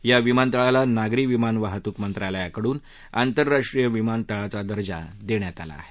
या विमानतळाला नागरी विमान वाहतूक मंत्रालयाकडून आंतरराष्ट्रीय विमानतळाचा दर्जा देण्यात आला आहे